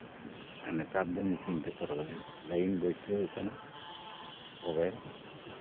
ᱱᱮᱛᱟᱨ ᱫᱚ ᱢᱮᱥᱤᱱ ᱛᱮᱠᱚ ᱞᱟᱭᱤᱱ ᱵᱟᱹᱭᱥᱟᱹᱣ ᱠᱟᱱᱟ ᱛᱚᱵᱮ